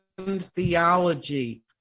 theology